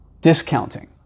discounting